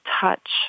touch